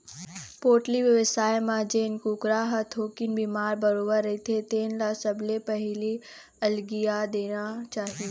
poultry बेवसाय म जेन कुकरा ह थोकिन बिमार बरोबर रहिथे तेन ल सबले पहिली अलगिया देना चाही